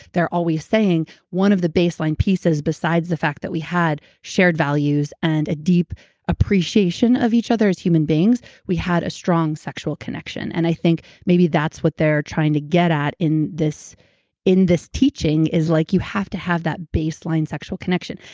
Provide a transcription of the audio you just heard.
they're always saying one of the baseline pieces besides the fact that we had shared values and a deep appreciation of each other as human beings, we had a strong sexual connection. and i think maybe that's what they're trying to get at in this in this teaching is like you have to have that baseline sexual connection.